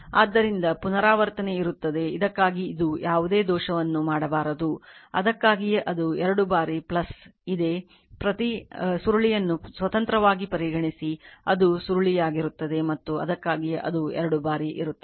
ಆದ್ದರಿಂದ ಪುನರಾವರ್ತನೆ ಇರುತ್ತದೆ ಇದಕ್ಕಾಗಿ ಇದು ಯಾವುದೇ ದೋಷವನ್ನು ಮಾಡಬಾರದು ಅದಕ್ಕಾಗಿಯೇ ಅದು ಎರಡು ಬಾರಿ ಇದೆ ಪ್ರತಿ ಸುರುಳಿಯನ್ನು ಸ್ವತಂತ್ರವಾಗಿ ಪರಿಗಣಿಸಿ ಅದು ಸುರುಳಿಯಾಗಿರುತ್ತದೆ ಮತ್ತು ಅದಕ್ಕಾಗಿಯೇ ಅದು ಎರಡು ಬಾರಿ ಇರುತ್ತದೆ